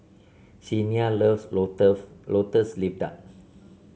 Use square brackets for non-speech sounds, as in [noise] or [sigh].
Chyna loves [unintelligible] lotus leaf duck